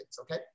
okay